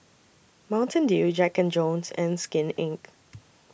Mountain Dew Jack Jones and Skin Inc